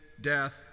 death